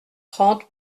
trente